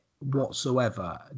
whatsoever